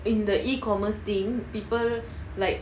in the E commerce thing people like